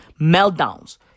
meltdowns